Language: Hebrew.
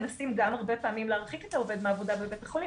מנסים גם הרבה פעמים להרחיק את העובד מהעבודה בבית החולים.